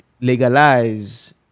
Legalize